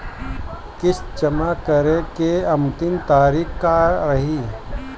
किस्त जमा करे के अंतिम तारीख का रही?